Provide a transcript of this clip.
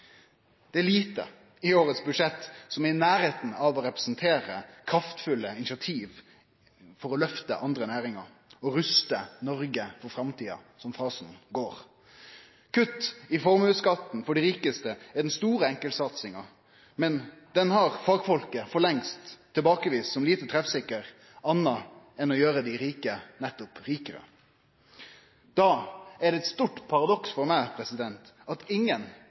Det er lite i årets budsjett som er i nærleiken av å representere kraftfulle initiativ for å løfte andre næringar og ruste Noreg for framtida, som frasen går. Kutt i formuesskatten for dei rikaste er den store enkeltsatsinga, men den har fagfolk for lengst tilbakevist som lite treffsikker anna enn å gjere dei rike nettopp rikare. Da er det eit stort paradoks for meg at ingen